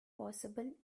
possible